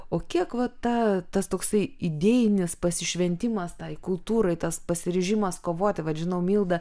o kiek va ta tas toksai idėjinis pasišventimas tai kultūrai tas pasiryžimas kovoti vat žinau milda